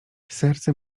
serce